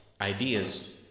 ideas